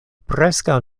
preskaŭ